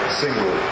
single